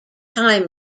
time